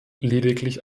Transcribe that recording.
lediglich